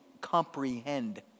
comprehend